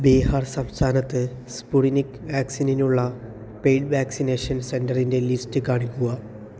ബീഹാർ സംസ്ഥാനത്ത് സ്പുട്നിക് വാക്സിനിനുള്ള paid vaccination സെൻറ്ററിൻ്റെ ലിസ്റ്റ് കാണിക്കുക